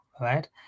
right